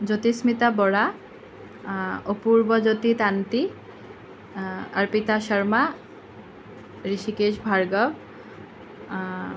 জ্যোতিস্মিতা বৰা অপূৰ্বজ্যোতি তাঁতী অৰ্পিতা শৰ্মা ঋষিকেষ ভাৰ্গৱ